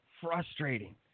frustrating